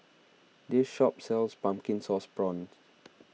this shop sells Pumpkin Sauce Prawns